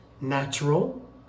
natural